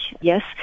Yes